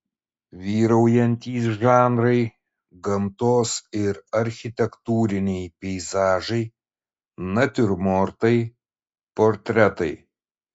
vyraujantys žanrai gamtos ir architektūriniai peizažai natiurmortai portretai